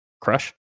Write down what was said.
crush